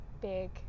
big